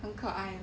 很可爱